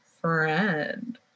friend